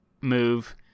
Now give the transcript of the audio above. move